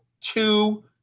two